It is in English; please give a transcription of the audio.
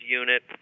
unit